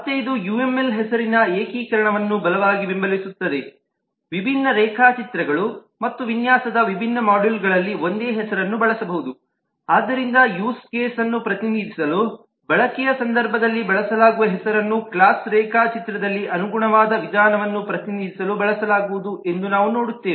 ಮತ್ತು ಇದು ಯುಎಂಎಲ್ ಹೆಸರಿನ ಏಕೀಕರಣವನ್ನು ಬಲವಾಗಿ ಬೆಂಬಲಿಸುತ್ತದೆ ವಿಭಿನ್ನ ರೇಖಾಚಿತ್ರಗಳು ಮತ್ತು ವಿನ್ಯಾಸದ ವಿಭಿನ್ನ ಮಾಡ್ಯೂಲ್ಗಳಲ್ಲಿ ಒಂದೇ ಹೆಸರನ್ನು ಬಳಸಬಹುದು ಆದ್ದರಿಂದ ಯೂಸ್ ಕೇಸ್ನ್ನು ಪ್ರತಿನಿಧಿಸಲು ಬಳಕೆಯ ಸಂದರ್ಭದಲ್ಲಿ ಬಳಸಲಾಗುವ ಹೆಸರನ್ನು ಕ್ಲಾಸ್ ರೇಖಾಚಿತ್ರದಲ್ಲಿ ಅನುಗುಣವಾದ ವಿಧಾನವನ್ನು ಪ್ರತಿನಿಧಿಸಲು ಬಳಸಲಾಗುವುದು ಎಂದು ನಾವು ನೋಡುತ್ತೇವೆ